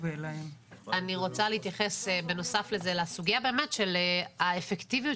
אני רוצה להתייחס בנוסף לזה לסוגיה של האפקטיביות